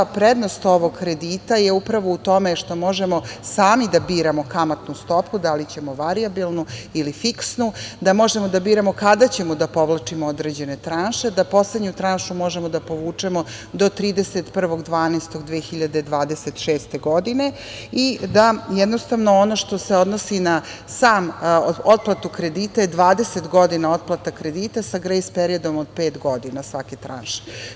Prednost ovog kredita je upravo u tome što možemo sami da biramo kamatnu stopu, da li ćemo varijabilnu ili fiksnu, da možemo da biramo kada ćemo da povlačimo određene tranše, da poslednju tranšu možemo da povučemo do 31. decembra 2026. godine i da jednostavno ono što se odnosi na samu otplatu kredita je 20 godina otplata kredita sa grejs periodom od pet godina svake tranše.